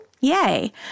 Yay